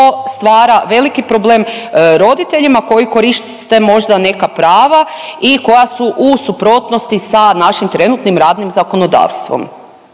stvara velik problem roditeljima koji koriste možda neka prava i koja su u suprotnosti sa našim trenutnim radnim zakonodavstvom.